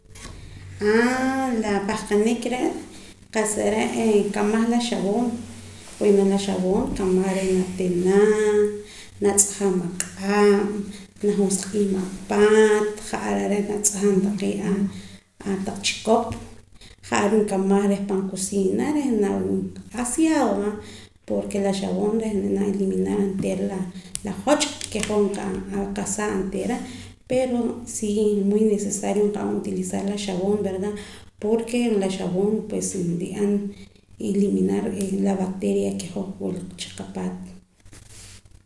Aa la pahqanik re' qa'sa re' nkamaj la xab'oon bueno la xab'oon nkamaj reh natina natz'ajam aq'ab' najosq'iim apaat ja'ar are' natz'ajam taqee' a taq chikop ja'ar nkamaj reh pan cociina reh aseado va porke la xab'oon ren nrib'anam eliminar onteera la joch' ke hoj nqesaa onteera pero si muy necesario nqa'an utilizar la xab'oon verda porke la xab'oon nri'an eliminar la bacteria ke hoj wila chi qapaat